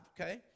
Okay